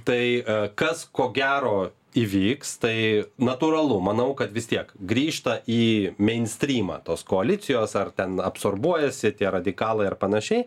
tai kas ko gero įvyks tai natūralu manau kad vis tiek grįžta į meinstrymą tos koalicijos ar ten absorbuojasi tie radikalai ar panašiai